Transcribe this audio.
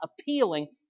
appealing